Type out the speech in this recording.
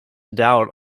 doubt